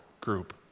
group